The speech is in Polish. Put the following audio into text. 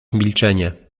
milczenie